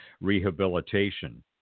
rehabilitation